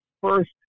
first